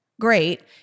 great